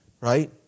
right